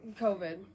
COVID